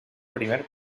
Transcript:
primer